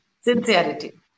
Sincerity